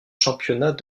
championnats